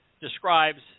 describes